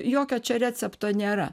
jokio čia recepto nėra